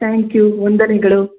thank you ವಂದನೆಗಳು